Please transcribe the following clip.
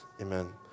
Amen